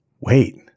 Wait